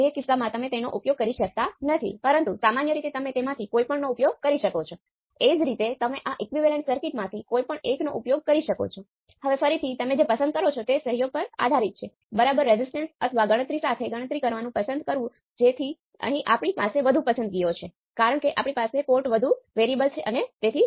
પરંતુ તમે આ ભૂલ ન કરો કારણ કે ઓપ એમ્પ્સ વિશે વધુ વાત કરીશ